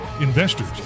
investors